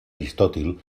aristòtil